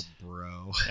bro